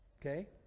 Okay